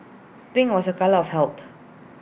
pink was A colour of health